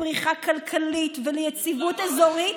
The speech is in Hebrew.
לפריחה כלכלית וליציבות אזורית,